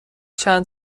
چند